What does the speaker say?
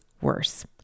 worse